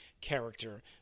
character